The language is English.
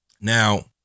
Now